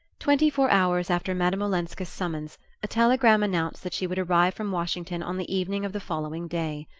twenty-four hours after madame olenska's summons a telegram announced that she would arrive from washington on the evening of the following day.